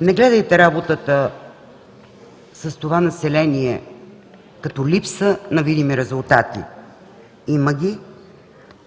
Не гледайте работата с това население като липса на видими резултати. Има ги,